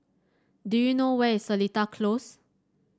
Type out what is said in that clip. do you know where is Seletar Close